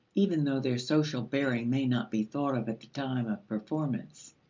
even though their social bearing may not be thought of at the time of performance.